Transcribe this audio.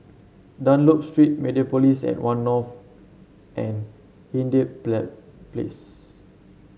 Dunlop Street Mediapolis at One North and Hindhede Plow Place